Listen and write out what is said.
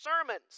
sermons